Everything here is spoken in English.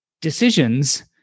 decisions